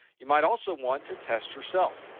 you might also want to test yourself.